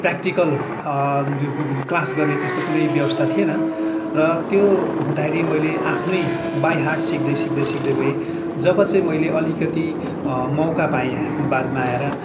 practical class गर्ने त्यस्तो कुनै व्यवस्था थिएन र त्यो हुँदाखेरि मैले आफ्नै बाइ हार्ट सिक्दै सिक्दै सिक्दै गए जब चाहिँ मैले अलिकति मौका पाएँ बादमा आएर